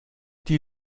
die